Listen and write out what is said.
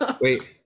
Wait